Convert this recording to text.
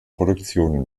produktionen